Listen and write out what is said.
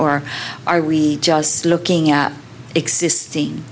or are we just looking at existing